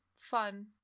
fun